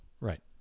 Right